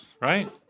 right